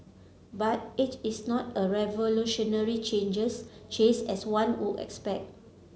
but it is not a revolutionary changes as one would expect